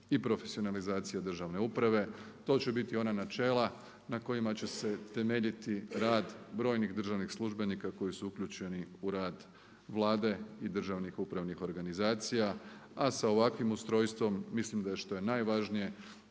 i profesionalizacija državne uprave. To će biti ona načela na kojima će se temeljit rad brojnih državnih službenika koji su uključeni u rad Vlade i državnih upravnih organizacija a sa ovakvim ustrojstvom mislim da što je najvažnije